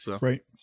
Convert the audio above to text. Right